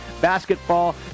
basketball